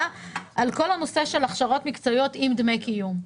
על כל הנושא של הכשרות מקצועיות עם דמי קיום.